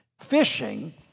fishing